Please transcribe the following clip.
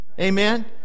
Amen